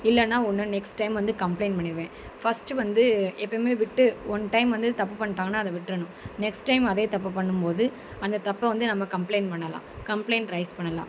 இல்லைன்னா உன்ன next time வந்து கம்ப்ளைண்ட் பண்ணிடுவேன் ஃபஸ்ட்டு வந்து எப்பயுமே விட்டு ஒன் டைம் வந்து தப்பு பண்ணிட்டாங்கன்னா அதை விட்டுரணும் நெக்ஸ்ட் டைம் அதே தப்பை பண்ணும் போது அந்த தப்பை வந்து நம்ம கம்ப்ளைண்ட் பண்ணலாம் கம்ப்ளைண்ட் ரைஸ் பண்ணலாம்